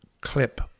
clip